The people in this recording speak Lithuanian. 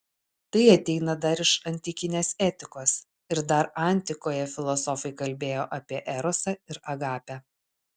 tai ateina dar iš antikinės etikos ir dar antikoje filosofai kalbėjo apie erosą ir agapę